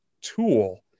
tool